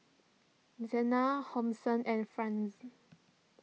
Zena Hobson and Franz